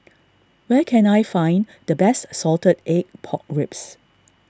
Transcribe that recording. where can I find the best Salted Egg Pork Ribs